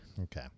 Okay